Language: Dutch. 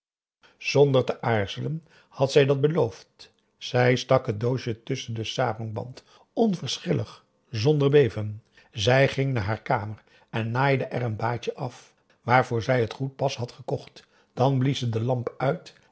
zonder te aarzelen had zij dat beloofd zij stak het doosje tusschen den sarongband onverschillig zonder beven zij ging naar haar kamer en naaide er een baadje af waarvoor zij het goed pas had gekocht dan blies ze de lamp uit